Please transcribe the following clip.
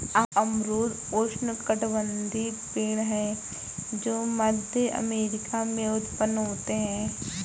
अमरूद उष्णकटिबंधीय पेड़ है जो मध्य अमेरिका में उत्पन्न होते है